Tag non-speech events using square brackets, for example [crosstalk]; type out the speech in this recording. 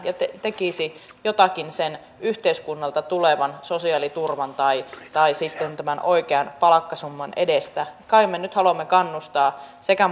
ja tekisi jotakin sen yhteiskunnalta tulevan sosiaaliturvan tai sitten tämän oikean palkkasumman edestä kai me nyt haluamme kannustaa sekä [unintelligible]